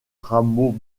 rameau